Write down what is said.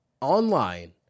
online